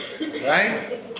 right